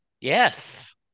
Yes